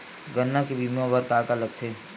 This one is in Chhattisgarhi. गन्ना के बीमा बर का का लगथे?